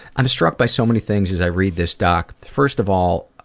i'm struck by so many things as i read this doc. first of all,